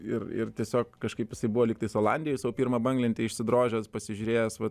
ir ir tiesiog kažkaip jisai buvo lygtais olandijoj savo pirmą banglentę išsidrožęs pasižiūrėjęs vat